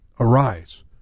Arise